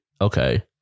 Okay